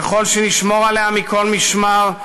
ככל שנשמור עליה מכל משמר,